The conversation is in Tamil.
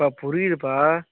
அப்பா புரியுதுப்பா